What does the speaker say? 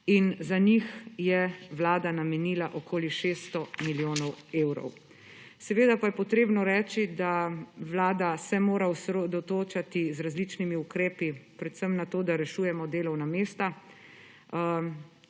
Za njih je vlada namenila okoli 600 milijonov evrov. Seveda pa je potrebno reči, da Vlada se mora osredotočati z različnimi ukrepi, predvsem na to, da rešujemo delovna mesta.